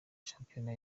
shampiyona